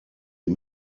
est